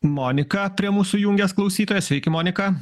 monika prie mūsų jungias klausytoja sveiki monika